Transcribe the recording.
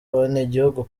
abenegihugu